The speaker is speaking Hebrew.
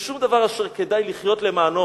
אין שום דבר אשר כדאי לחיות למענו,